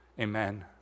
amen